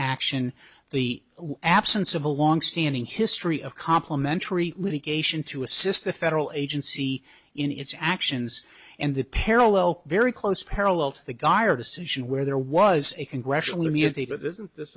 action the absence of a longstanding history of complementary litigation to assist the federal agency in its actions and the parallel very close parallel to the guy or decision where there was a congressional immunity but isn't this